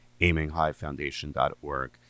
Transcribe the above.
aiminghighfoundation.org